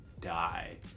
die